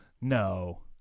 no